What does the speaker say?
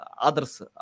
others